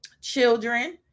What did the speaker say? children